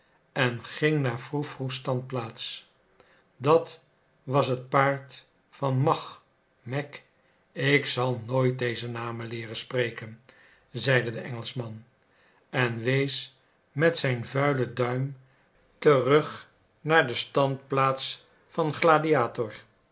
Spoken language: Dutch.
en ging naar froe froes standplaats dat was het paard van mach mack ik zal nooit deze namen leeren spreken zeide de engelschman en wees met zijn vuilen duim terug naar de standplaats van gladiator